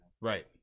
Right